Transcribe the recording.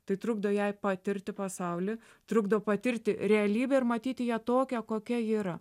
tai trukdo jai patirti pasaulį trukdo patirti realybę ir matyti ją tokią kokia ji yra